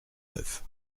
neuf